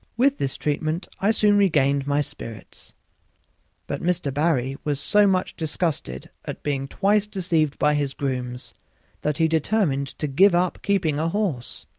with this treatment i soon regained my spirits but mr. barry was so much disgusted at being twice deceived by his grooms that he determined to give up keeping a horse,